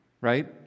right